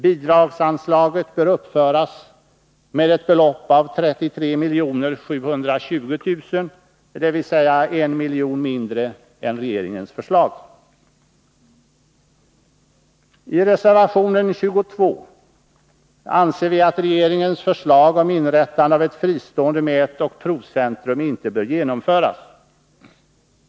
Bidragsanslaget bör uppföras med ett belopp av 33 720 000, dvs. 1 miljon mindre än regeringens förslag. I reservation nr 22 anser vi att regeringens förslag om inrättande av ett fristående mätoch provcentrum inte bör genomföras.